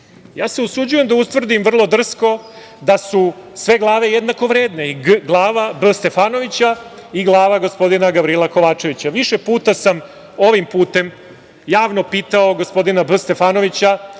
se usuđujem da utvrdim vrlo drsko da su sve glave jednako vredne i glava B. Stefanovića i glava gospodina Gavrila Kovačevića. Više puta sam ovim putem javno pitao gospodina B. Stefanovića